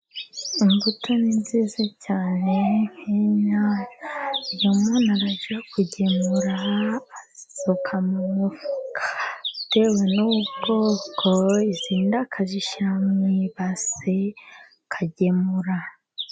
Imbuto ni nziza cyane nk'inyanya. Iyo umuntu arajya kugemura azisuka mu mufuka, izindi akazishyira mu ibase akagemura.